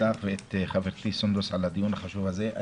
אותך ואת חברתי סונדוס על הדיון החשוב הזה.